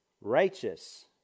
righteous